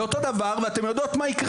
על חשבון מי הוא?